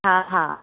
हा हा